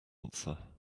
answer